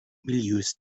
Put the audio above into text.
milieus